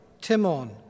Timon